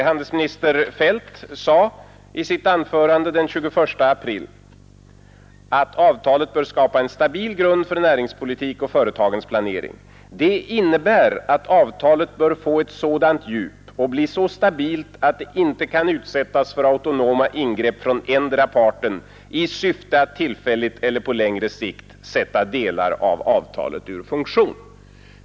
Handelsminister Feldt sade i sitt anförande den 21 april att avtalet bör skapa en stabil grund för näringspolitik och för företagsplanering och att det innebär att avtalet bör få ett sådant djup och bli så stabilt, att det inte kan utsättas för autonoma ingrepp från endera parten i syfte att tillfälligt eller på längre sikt sätta delar av avtalet ur funktion.